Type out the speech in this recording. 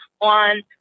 on